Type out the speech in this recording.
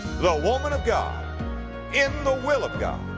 the woman of god in the will of god,